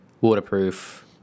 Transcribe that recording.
Waterproof